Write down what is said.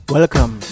Welcome